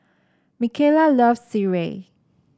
Micayla loves Sireh